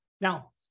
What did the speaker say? Now